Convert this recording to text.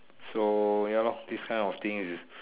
so ya lor this kind of thing is